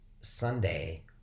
Sunday